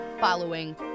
following